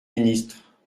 ministre